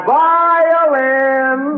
violin